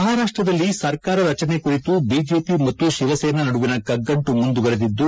ಮಹಾರಾಷ್ಟದಲ್ಲಿ ಸರ್ಕಾರ ರಚನೆ ಕುರಿತು ಬಿಜೆಪಿ ಮತ್ತು ಶಿವಸೇನಾ ನಡುವಿನ ಕಗ್ಗಂಟು ಮುಂದುವರೆದಿದ್ದು